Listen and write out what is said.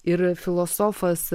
ir filosofas